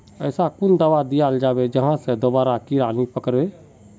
ऐसा कुन दाबा दियाल जाबे जहा से दोबारा कीड़ा नी पकड़े?